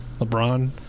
LeBron